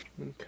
Okay